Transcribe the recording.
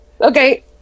Okay